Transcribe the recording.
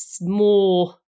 more